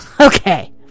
Okay